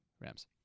Rams